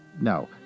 No